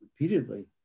repeatedly